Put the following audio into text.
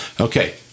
okay